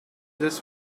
this